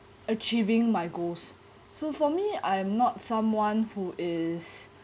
achieving my goals so for me I'm not someone who is